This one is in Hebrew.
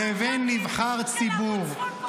-- לבין נבחר ציבור.